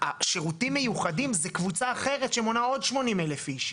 השירותים המיוחדים זה קבוצה אחרת שמונה עוד 80,000 איש.